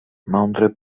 mądry